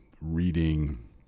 reading